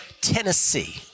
Tennessee